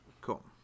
cool